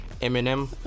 eminem